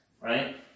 right